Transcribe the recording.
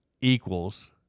equals